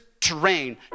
terrain